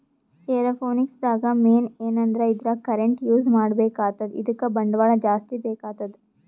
aeroponics ದಾಗ್ main ಏನಂದ್ರ ಇದ್ರಾಗ್ ಕರೆಂಟ್ ಯೂಸ್ ಮಾಡ್ಬೇಕ್ ಆತದ್ ಅದಕ್ಕ್ ಬಂಡವಾಳ್ ಜಾಸ್ತಿ ಬೇಕಾತದ್